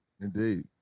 Indeed